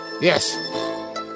Yes